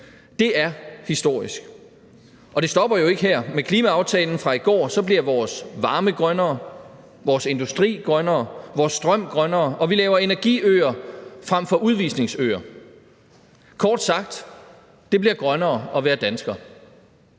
Det er historisk, og det stopper jo ikke her. Med klimaaftalen fra i går bliver vores varme grønnere, vores industri grønnere og vores strøm grønnere, og vi laver energiøer frem for udvisningsøer. Kort sagt: Det bliver grønnere at være dansker.